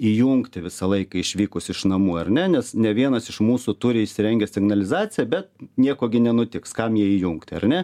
įjungti visą laiką išvykus iš namų ar ne nes ne vienas iš mūsų turi įsirengę signalizaciją be nieko nenutiks kam ją įjungti ar ne